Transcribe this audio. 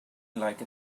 like